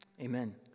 Amen